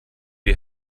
die